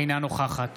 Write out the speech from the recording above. אינה נוכחת